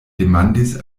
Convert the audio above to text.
demandis